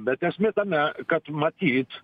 bet esmė tame kad matyt